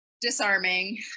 disarming